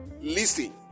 listen